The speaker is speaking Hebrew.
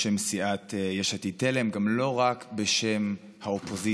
בשם סיעת יש עתיד-תל"ם, גם לא רק בשם האופוזיציה,